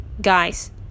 guys